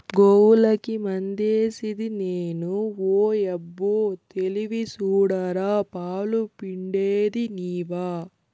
గోవులకి మందేసిది నేను ఓయబ్బో తెలివి సూడరా పాలు పిండేది నీవా